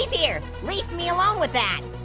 here? leaf me alone with that.